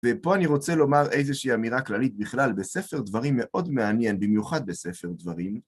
ופה אני רוצה לומר איזושהי אמירה כללית בכלל, בספר דברים מאוד מעניין, במיוחד בספר דברים,